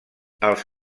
els